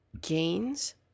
gains